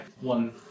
one